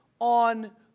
on